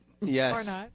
yes